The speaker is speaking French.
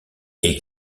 est